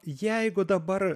jeigu dabar